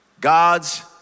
God's